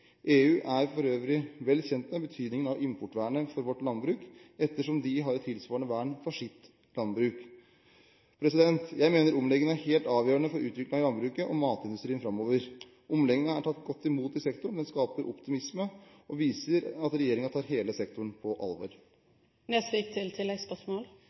EU er for øvrig vel kjent med betydningen av importvernet for vårt landbruk ettersom de har et tilsvarende vern for sitt landbruk. Jeg mener omleggingen er helt avgjørende for utviklingen i landbruket og matindustrien framover. Omleggingen er tatt godt imot i sektoren, den skaper optimisme og viser at regjeringen tar hele sektoren på alvor.